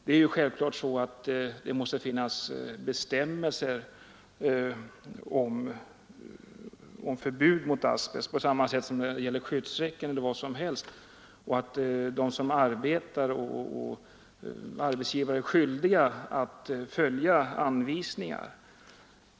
Det måste självfallet finnas bestämmelser om förbud mot asbest på samma sätt som det finns föreskrifter om skyddsräcken osv. Arbetsgivarna måste vara skyldiga att följa anvisningar.